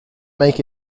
make